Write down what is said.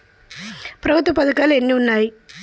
ప్రభుత్వ పథకాలు ఎన్ని ఉన్నాయి?